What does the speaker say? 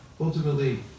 Ultimately